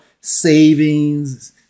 savings